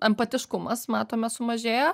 empatiškumas matome sumažėja